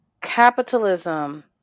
Capitalism